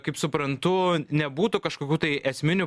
kaip suprantu nebūtų kažkokių tai esminių